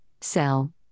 cell